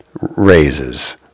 raises